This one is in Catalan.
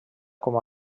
com